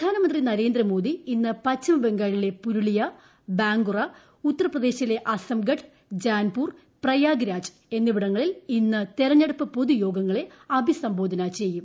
പ്രധാനമന്ത്രി നരേന്ദ്രമോദി ഇന്ന് പശ്ചിമബംഗാളിലെ പുരുളിയ ബാങ്കുറ ഉത്തർപ്രദേശിലെ അസംഗഡ് ജാൻപൂർ പ്രയാഗ്രാജ് എന്നിവിടങ്ങളിൽ ഇന്ന് തെരഞ്ഞെടുപ്പ് പൊതുയോഗങ്ങളെ അഭ്യിസംബോധന ചെയ്യും